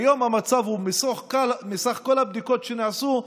כיום המצב הוא שמכל הבדיקות שנעשו,